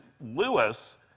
Lewis